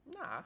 Nah